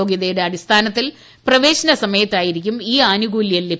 യോഗൃതയുടെ അടിസ്ഥാന ത്തിൽ പ്രവേശന സമയത്തായിരിക്കും ഈ ആനുകൂലൃം നല്കുക